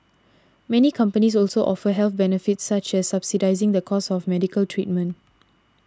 many companies also offer health benefits such as subsidising the cost of medical treatment